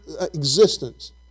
existence